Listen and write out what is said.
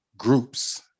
groups